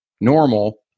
normal